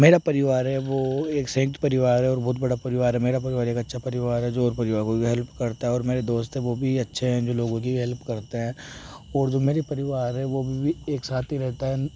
मेरा परिवार है वो एक संयुक्त परिवार है और बहुत बड़ा परिवार है मेरा परिवार एक अच्छा परिवार है जो और परिवारों की हेल्प करता है और मेरे दोस्त है वो भी अच्छे हैं जो लोगो की हेल्प करते हैं और जो मेरे परिवार है वह भी एक साथ ही रहता है